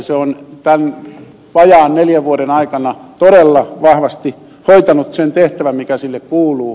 se on tämän vajaan neljän vuoden aikana todella vahvasti hoitanut sen tehtävän mikä sille kuuluu